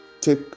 take